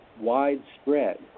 widespread